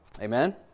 Amen